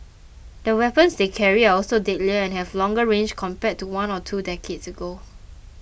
the weapons they carry are also deadlier and have longer range compared to one or two decades ago